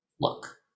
look